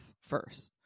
first